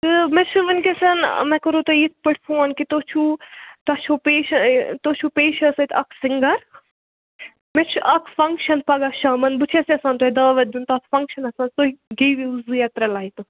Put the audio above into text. تہٕ مےٚ چھُ وٕنکٮ۪سَن مےٚ کوٚروٕ تۄہہِ یِتھ پٲٹھۍ فون کہِ تُہۍ چھُو تۄہہِ چھُو پَیش تُہۍ چھُو پَیشٕہ سۭتۍ اَکھ سِنٛگَر مےٚ چھُ اکھ فَنٛگشَن پگاہ شامَن بہٕ چھَس یَژھان تۄہہِ دعوت دیُن تَتھ فَنٛگشَنَس منٛز تُہۍ گٔیو زٕ یا ترٛےٚ لایٚپہٕ